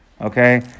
Okay